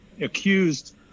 accused